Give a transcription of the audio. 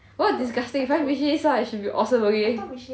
what disgusting making it sound like it should be awesome okay